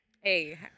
Hey